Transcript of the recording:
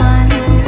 one